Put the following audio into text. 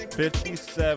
57